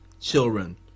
children